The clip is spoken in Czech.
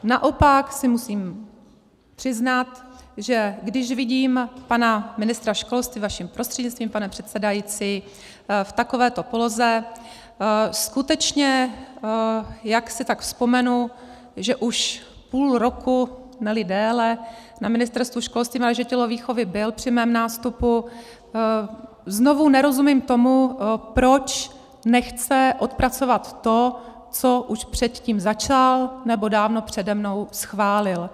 Naopak si musím přiznat, že když vidím pana ministra školství, vaším prostřednictvím, pane předsedající, v takovéto poloze, skutečně, jak si tak vzpomenu, je už půl roku, neli déle, na Ministerstvu školství, mládeže a tělovýchovy, byl při mém nástupu, znovu nerozumím tomu, proč nechce odpracovat to, co už předtím začal, nebo dávno přede mnou schválil.